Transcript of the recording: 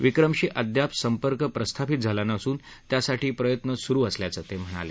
विक्रमशी अद्याप संपर्क प्रस्थापित झाला नसून त्यासाठी प्रयत्न सुरु आहेत असं ते म्हणाले